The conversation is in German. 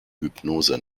hypnose